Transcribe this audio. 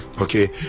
okay